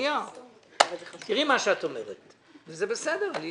תראי מה שאת אומרת, וזה בסדר.